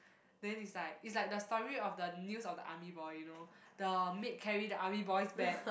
then is like is like the story of the news of the army boy you know the maid carry the army boy's bag